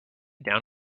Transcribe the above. down